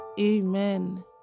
amen